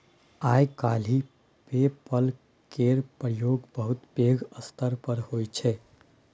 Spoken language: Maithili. आइ काल्हि पे पल केर प्रयोग बहुत पैघ स्तर पर होइ छै